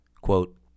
quote